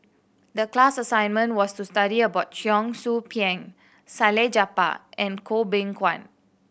the class assignment was to study about Cheong Soo Pieng Salleh Japar and Goh Beng Kwan